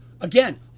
Again